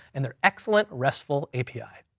and they're excellent restful api.